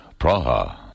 Praha